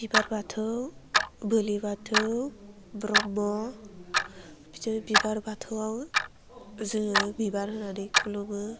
बिबार बाथौ बोलि बाथौ ब्रह्म बिदिनो बिबार बाथौवाव जोङो बिबार होनानै खुलुमो